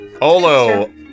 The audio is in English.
Olo